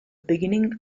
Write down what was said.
beginning